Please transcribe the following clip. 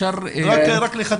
כן.